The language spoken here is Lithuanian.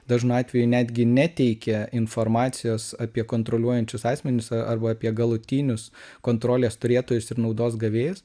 dažnu atveju netgi neteikia informacijos apie kontroliuojančius asmenis arba apie galutinius kontrolės turėtojus ir naudos gavėjus